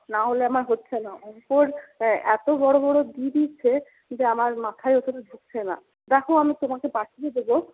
নাহলে আমার হচ্ছে না অঙ্কর এতো বড় বড় দিয়ে দিচ্ছে যে আমার মাথায় অতটা ঢুকছে না দেখো আমি তোমাকে পাঠিয়ে দেবো